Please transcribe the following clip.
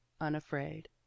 unafraid